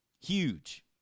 Huge